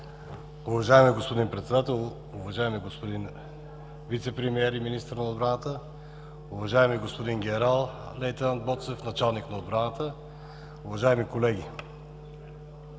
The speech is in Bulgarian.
Уважаеми, господин Председател, уважаеми господин Вицепремиер и Министър на отбраната, уважаеми господин Генерал лейтенант Боцев – началник на отбраната, уважаеми колеги!